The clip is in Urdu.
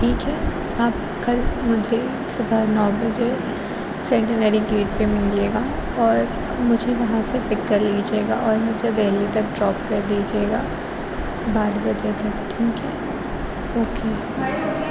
ٹھیک ہے آپ کل مجھے صبح نو بجے سینٹنری گیٹ پہ ملیے گا اور مجھے وہاں سے پک کر لیجیے گا اور مجھے دہلی تک ڈراپ کر دیجیے گا بارہ بجے تک ٹھیک ہے اوکے